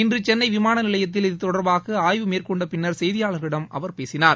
இன்று சென்ளை விமான நிலையத்தில் இத்தொடர்பாக ஆய்வு மேற்கொண்டபின்னர் செய்தியாளர்களிடம் அவர் பேசினார்